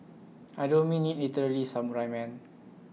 I don't mean IT literally samurai man